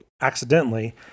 accidentally